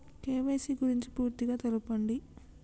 KYC గురించి పూర్తిగా తెలపండి?